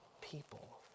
people